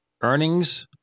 earnings